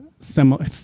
similar